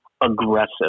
aggressive